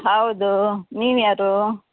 ಹೌದು ನೀವು ಯಾರು